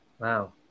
Wow